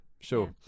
Sure